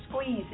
squeeze